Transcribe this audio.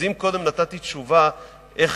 אז אם קודם נתתי תשובה איך